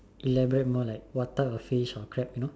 elaborate more like what type of fish or crab you know